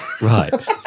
Right